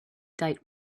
date